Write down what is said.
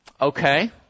Okay